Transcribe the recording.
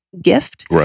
gift